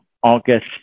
August